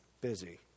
Busy